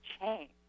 change